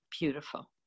beautiful